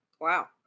Wow